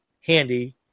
handy